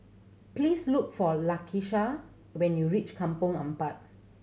please look for Lakisha when you reach Kampong Ampat